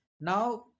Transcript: Now